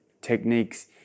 techniques